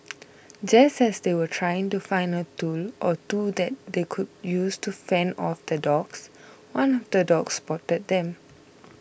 just as they were trying to find a tool or two that they could use to fend off the dogs one of the dogs spotted them